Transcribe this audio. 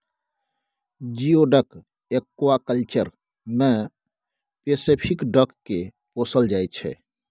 geoduck aquaculture मे Pacific duck केँ पोसल जाइ छै